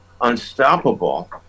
unstoppable